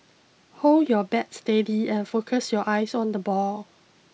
hold your bat steady and focus your eyes on the ball